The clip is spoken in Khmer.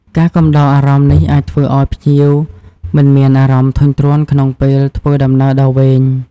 ការកំដរអារម្មណ៍នេះអាចធ្វើឱ្យភ្ញៀវមិនមានអារម្មណ៍ធុញទ្រាន់ក្នុងពេលធ្វើដំណើរដ៏វែង។